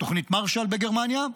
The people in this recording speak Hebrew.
תוכנית מרשל בגרמניה.